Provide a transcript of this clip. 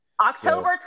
October